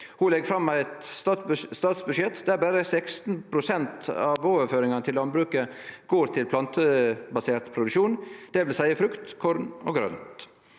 Ho legg fram eit statsbudsjett der berre 16 pst. av overføringane til landbruket går til plantebasert produksjon, det vil seie frukt, korn og grønt.